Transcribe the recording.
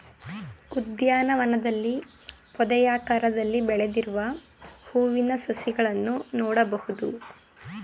ಉದ್ಯಾನವನದಲ್ಲಿ ಪೊದೆಯಾಕಾರದಲ್ಲಿ ಬೆಳೆದಿರುವ ಹೂವಿನ ಸಸಿಗಳನ್ನು ನೋಡ್ಬೋದು